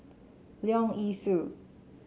Leong Yee Soo